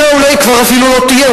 אתה אולי כבר אפילו לא תהיה,